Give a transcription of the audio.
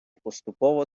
поступово